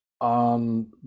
on